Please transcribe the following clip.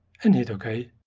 and hit okay.